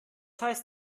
heißt